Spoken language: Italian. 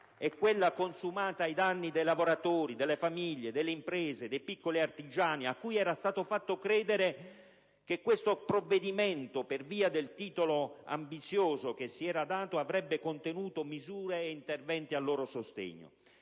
è quella consumata ai danni dei lavoratori, delle famiglie, delle imprese e dei piccoli artigiani, a cui era stato fatto credere che questo provvedimento, per via del titolo ambizioso che gli era stato dato, avrebbe contenuto misure e interventi a loro sostegno.